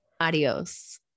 Adios